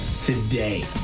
today